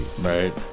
Right